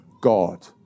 God